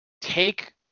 take